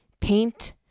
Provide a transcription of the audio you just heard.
paint